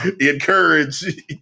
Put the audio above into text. encourage